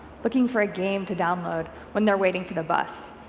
looking for a game to download when they're waiting for the bus.